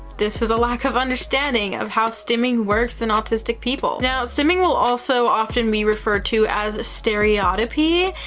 this is a lack of understanding of how stimming works in autistic people. now, stimming will also often be referred to as stereotopy,